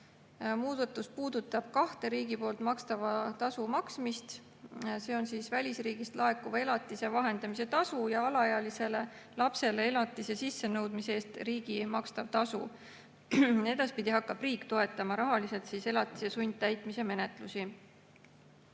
Muudatus puudutab kahte riigi makstava tasu maksmist: välisriigist laekuva elatise vahendamise tasu ja alaealise lapse elatise sissenõudmise eest riigi makstav tasu. Edaspidi hakkab riik toetama rahaliselt elatise sundtäitmise menetlusi.